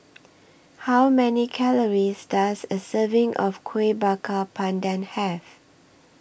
How Many Calories Does A Serving of Kuih Bakar Pandan Have